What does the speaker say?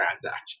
transaction